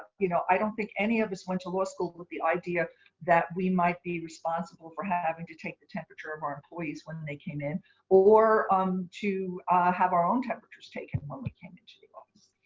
you know, i don't think any of us went to law school with the idea that we might be responsible for having to take the temperature of our employees when they came in or um to have our own temperatures taken when we came into the office.